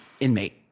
Inmate